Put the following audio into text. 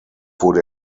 wurde